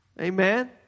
Amen